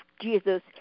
Jesus